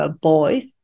boys